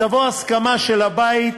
שתבוא הסכמה של הבית